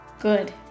good